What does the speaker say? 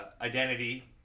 Identity